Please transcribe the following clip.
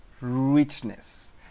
richness